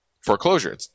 foreclosure